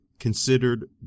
considered